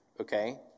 Okay